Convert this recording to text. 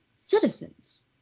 citizens